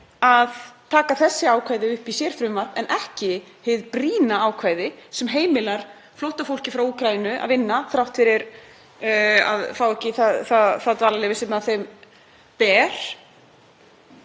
að taka þessi ákvæði upp í sérfrumvarpi en ekki hið brýna ákvæði sem heimilar flóttafólki frá Úkraínu að vinna þrátt fyrir að fá ekki það dvalarleyfi sem því ber,